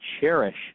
cherish